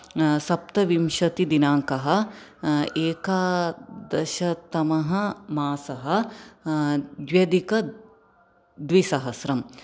सप्तविंशतिदिनाङ्कः एकादशतमः मासः द्वधिकद्विसहस्रम्